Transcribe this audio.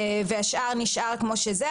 והשאר נשאר כמו שזה.